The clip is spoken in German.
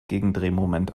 gegendrehmoment